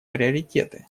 приоритеты